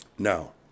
Now